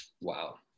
Wow